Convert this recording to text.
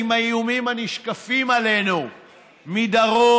מתיישבים עם האיומים הנשקפים עלינו מדרום,